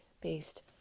based